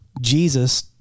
Jesus